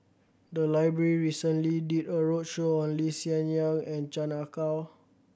the library recently did a roadshow on Lee Hsien Yang and Chan Ah Kow